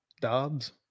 Dobbs